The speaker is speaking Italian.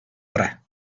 tre